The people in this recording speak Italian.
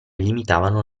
limitavano